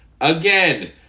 Again